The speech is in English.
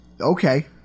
Okay